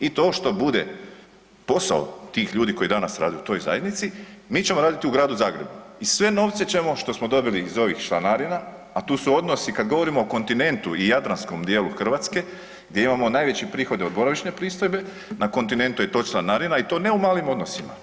I to što bude posao tih ljudi koji danas rade u toj zajednici mi ćemo raditi u Gradu Zagrebu i sve novce ćemo, što smo dobili iz ovih članarina, a tu su odnosi kad govorimo o kontinentu i jadranskom dijelu Hrvatske gdje imamo najveće prihode od boravišne pristojbe, na kontinentu je to članarina i to ne u malim odnosima.